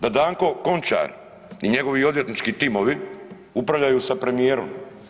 Da Danko Končar i njegovi odvjetnički timovi upravljaju sa premijerom.